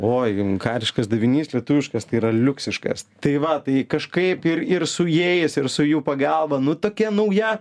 oi kariškas davinys lietuviškas tai yra liuksiškas tai va tai kažkaip ir ir su jais ir su jų pagalba nu tokia nauja